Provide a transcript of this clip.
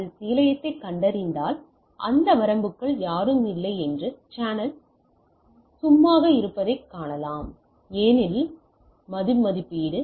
அது நிலையத்தைக் கண்டறிந்தால் அந்த வரம்பிற்குள் யாரும் இல்லை என்று சேனல் சும்மா இருப்பதைக் காணலாம் ஏனெனில் மறுமதிப்பீடு